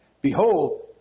Behold